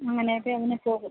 അങ്ങനെയൊക്കങ്ങനെ പോകും